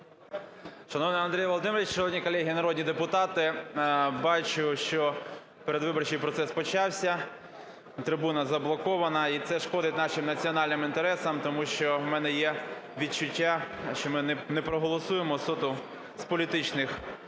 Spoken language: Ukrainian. Шановний Андрію Володимировичу! Шановні колеги народні депутати! Бачу, що передвиборчий процес почався, трибуна заблокована, і це шкодить нашим національним інтересам, тому що у мене є відчуття, що ми не проголосуємо суто з політичних підстав